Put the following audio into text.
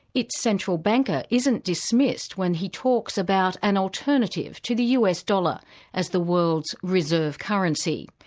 its central banker isn't dismissed when he talks about an alternative to the us dollar as the world's reserve currency.